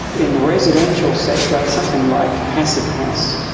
in the residential sector something like passive house,